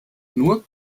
nur